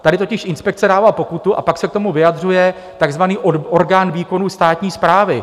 Tady totiž inspekce dává pokutu a pak se k tomu vyjadřuje takzvaný orgán výkonu státní správy.